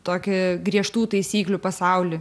tokį griežtų taisyklių pasaulį